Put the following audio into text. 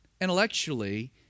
Intellectually